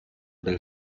del